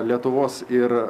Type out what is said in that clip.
lietuvos ir